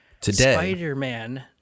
Spider-Man